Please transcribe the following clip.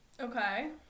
Okay